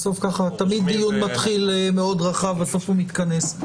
תמיד דיון מתחיל רחב מאוד, בסוף הוא מתכנס.